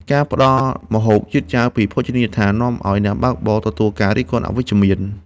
ការផ្ដល់ម្ហូបយឺតយ៉ាវពីភោជនីយដ្ឋាន នាំឱ្យអ្នកបើកបរទទួលការរិះគន់អវិជ្ជមាន។